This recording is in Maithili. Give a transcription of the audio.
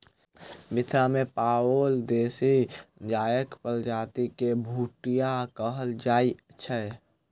मिथिला मे पाओल देशी गायक प्रजाति के भुटिया कहल जाइत छै